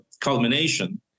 culmination